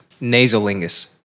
Nasolingus